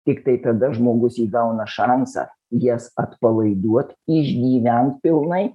tiktai tada žmogus įgauna šansą jas atpalaiduot išgyvent pilnai